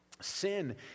Sin